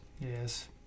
Yes